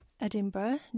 Edinburgh